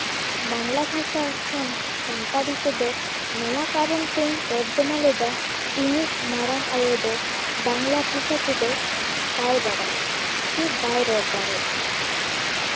ᱵᱟᱝᱞᱟ ᱵᱷᱟᱥᱟ ᱠᱷᱚᱱ ᱥᱟᱱᱛᱟᱲᱤ ᱛᱮᱫᱚ ᱱᱚᱣᱟ ᱠᱟᱨᱚᱱ ᱛᱤᱧ ᱛᱚᱨᱡᱚᱢᱟ ᱞᱮᱫᱟ ᱤᱧᱤᱡ ᱢᱟᱨᱟᱝ ᱟᱭᱳ ᱫᱚ ᱵᱟᱝᱞᱟ ᱵᱷᱟᱥᱟ ᱛᱮᱫᱚ ᱵᱟᱭ ᱵᱟᱰᱟᱭᱟ ᱥᱮ ᱵᱟᱭ ᱨᱚᱲ ᱫᱟᱲᱮᱭᱟᱜᱼᱟ